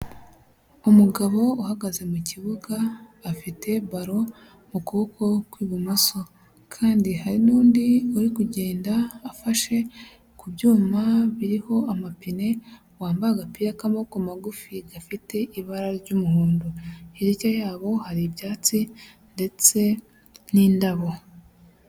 Umugabo uhagaze mu kibuga, afite baro mu kuboko kw'ibumoso kandi hari n'undi ari kugenda afashe ku byuma biriho amapine, wambaye agapira k'amaboko magufi gafite ibara ry'umuhondo. Hirya yabo hari ibyatsi ndetse n'indabo.